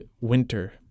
winter